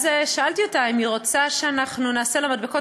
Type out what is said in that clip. אז שאלתי אותה אם היא רוצה שאנחנו נעשה לה מדבקות